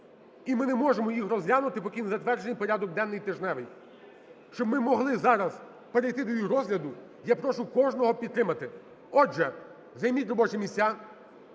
і ми не можемо їх розглянути, поки не затверджений порядок денний тижневий. Щоб ми могли зараз перейти до їх розгляду, я прошу кожного підтримати. Отже, займіть робочі місця.